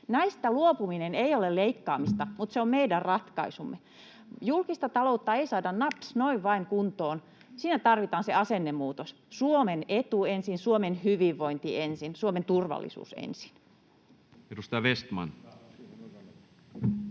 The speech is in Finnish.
Näistä luopuminen ei ole leikkaamista, mutta se on meidän ratkaisumme. Julkista taloutta ei saada naps noin vain kuntoon, siinä tarvitaan se asennemuutos: Suomen etu ensin, Suomen hyvinvointi ensin, Suomen turvallisuus ensin. [Speech